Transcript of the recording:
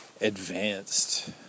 advanced